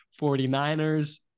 49ers